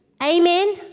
Amen